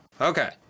Okay